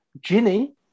Ginny